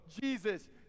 Jesus